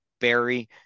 Barry